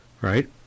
right